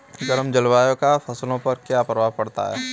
गर्म जलवायु का फसलों पर क्या प्रभाव पड़ता है?